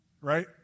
right